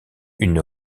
une